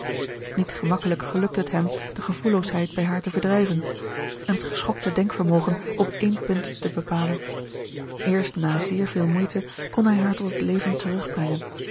niet gemakkelijk gelukte het hem de gevoelloosheid bij haar te verdrijven en het geschokte denkvermogen op één punt te bepalen eerst na zeer veel moeite kon hij haar tot het leven